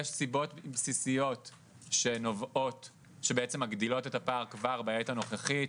יש סיבות בסיסיות שבעצם מגדילות את הפער כבר בעת הנוכחית,